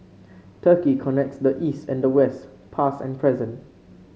turkey connects the East and the West past and present